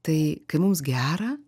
tai kai mums gera